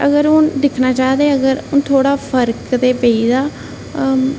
अगर हून दिक्खेआ जा ते हून थोह्ड़ा फर्क ते पेई गेदा